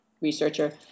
researcher